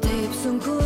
taip sunku